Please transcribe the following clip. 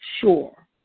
sure